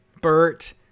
Bert